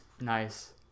nice